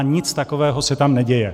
Nic takového se tam neděje.